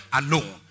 alone